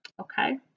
okay